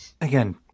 Again